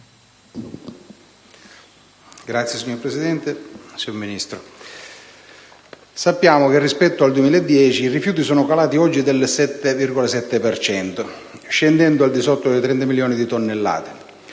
*(GAL)*. Signora Presidente, signor Ministro, sappiamo che rispetto al 2010 i rifiuti sono diminuiti oggi del 7,7 per cento, scendendo al di sotto di 30 milioni di tonnellate.